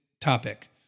topic